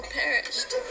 perished